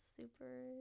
super